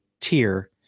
tier